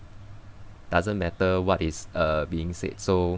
doesn't matter what is uh being said so